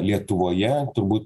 lietuvoje turbū